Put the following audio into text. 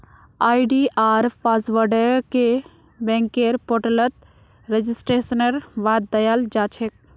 आई.डी.आर पासवर्डके बैंकेर पोर्टलत रेजिस्ट्रेशनेर बाद दयाल जा छेक